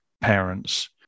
parents